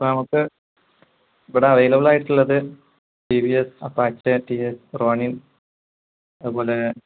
അപ്പം നമുക്ക് ഇവിടെ അവൈലബിളായിട്ടുള്ളത് T V S Apache T S Ronin അതുപോലെ